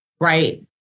right